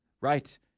right